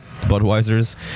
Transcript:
Budweisers